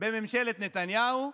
בממשלת נתניהו אומרים: